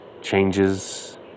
changes